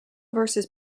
versus